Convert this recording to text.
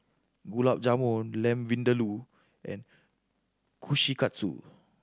Gulab Jamun Lamb Vindaloo and Kushikatsu